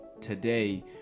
today